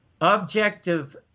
objective